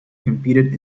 competed